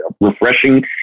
refreshing